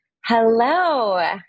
hello